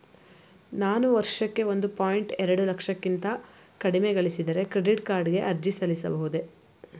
ನಾನು ವರ್ಷಕ್ಕೆ ಒಂದು ಪಾಯಿಂಟ್ ಎರಡು ಲಕ್ಷಕ್ಕಿಂತ ಕಡಿಮೆ ಗಳಿಸಿದರೆ ಕ್ರೆಡಿಟ್ ಕಾರ್ಡ್ ಗೆ ಅರ್ಜಿ ಸಲ್ಲಿಸಬಹುದೇ?